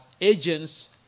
agents